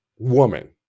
Woman